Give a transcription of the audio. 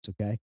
okay